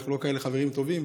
אנחנו לא כאלה חברים טובים,